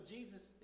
Jesus